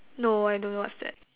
no I don't know what's that